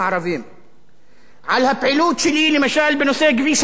על הפעילות שלי למשל בנושא כביש הגישה לאזור התעשייה בטייבה,